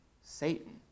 Satan